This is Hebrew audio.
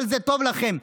אבל זה טוב לכם.